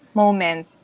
moment